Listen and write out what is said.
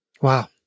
Wow